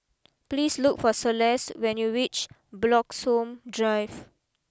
please look for Celeste when you reach Bloxhome Drive